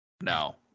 No